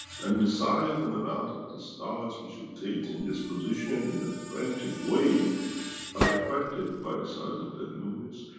and the size and amount of the stars which rotate in this position in the frantic way are affected by the size of that universe.